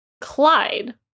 Clyde